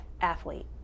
athlete